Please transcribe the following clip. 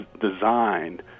designed